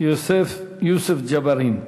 יוסף ג'בארין.